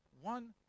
one